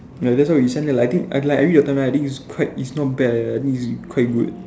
ya that's why we send that like I think like I read your timeline I think it's quite is not bad ah its quite good